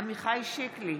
עמיחי שיקלי,